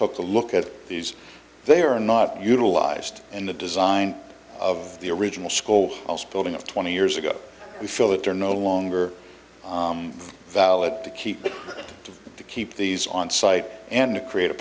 took a look at these they are not utilized in the design of the original scold us building up twenty years ago we feel that they're no longer valid to keep to keep these on site and to create a